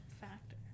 factor